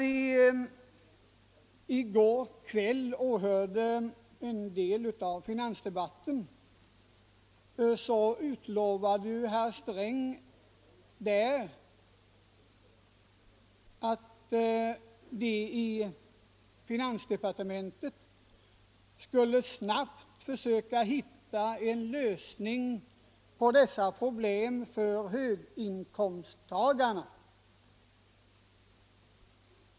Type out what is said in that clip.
I går kväll kunde vi höra hur herr Sträng i finansdebatten utlovade att finansdepartementet snabbt skulle försöka hitta en lösning på dessa problem för höginkomsttagarna.